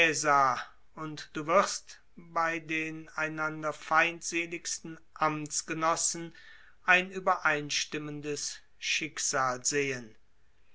und du wirst bei den einander feindseligsten amtsgenossen ein übereinstimmendes schicksal sehen